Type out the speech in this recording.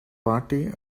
party